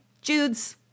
Jude's